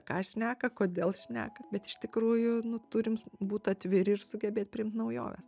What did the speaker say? ką šneka kodėl šneka bet iš tikrųjų nu turim būt atviri ir sugebėt priimt naujoves